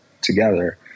together